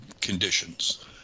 conditions